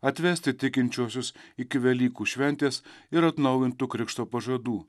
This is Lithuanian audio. atvesti tikinčiuosius iki velykų šventės ir atnaujintų krikšto pažadų